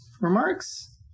remarks